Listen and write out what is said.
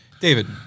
David